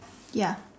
ya